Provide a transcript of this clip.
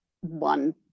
one